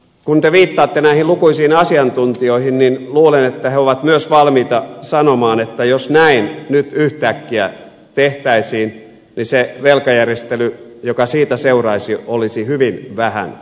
kun te viittaatte näihin lukuisiin asiantuntijoihin niin luulen että he ovat myös valmiita sanomaan että jos näin nyt yhtäkkiä tehtäisiin niin se velkajärjestely joka siitä seuraisi olisi hyvin vähän hallittu